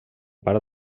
part